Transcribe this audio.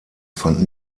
fand